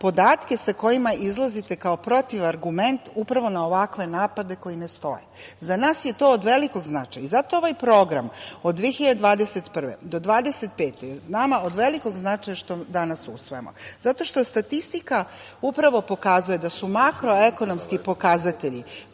podatke sa kojima izlazite kao protiv argument, upravo na ovakve napade koji ne stoje.Za nas je to od velikog značaja i zato ovaj program od 2021. do 2025. godine je nama od velikog značaja što danas usvajamo zato što statistika upravo pokazuje da su makroekonomski pokazatelji